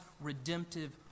redemptive